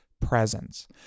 presence